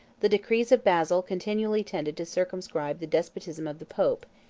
the decrees of basil continually tended to circumscribe the despotism of the pope,